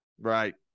Right